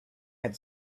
had